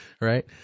right